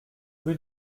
rue